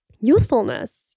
youthfulness